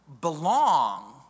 belong